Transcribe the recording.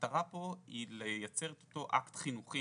המטרה פה היא לייצר את אותו אקט חינוכי,